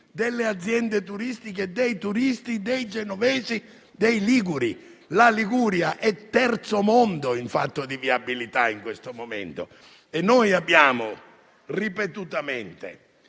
delle aziende turistiche, dei turisti, dei genovesi e dei liguri? La Liguria è terzo mondo in fatto di viabilità in questo momento. Ripetutamente,